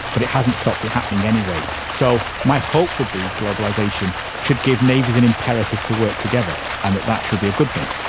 but it hasn't stopped it happening anyway. so my hope would be globalisation should give navies an imperative to work together and that that should be a good thing.